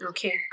Okay